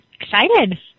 excited